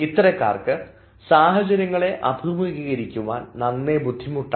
ഇത്തരക്കാർക്ക് സാഹചര്യങ്ങളെ അഭിമുഖീകരിക്കുവാൻ നന്നേ ബുദ്ധിമുട്ടാണ്